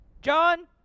john